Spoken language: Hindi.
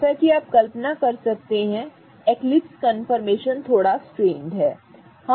जैसा कि आप कल्पना कर सकते हैं एक्लिप्स कंफर्मेशन थोड़ा स्ट्रेनड है ठीक है